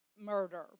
murder